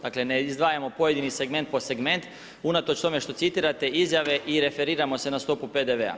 Dakle, ne izdvajamo pojedini segment po segment, unatoč tome što citirate izjave i referiramo se na stop PDV-a.